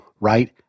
right